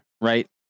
right